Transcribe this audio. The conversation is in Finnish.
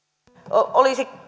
olisi